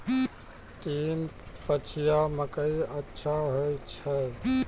तीन पछिया मकई अच्छा होय छै?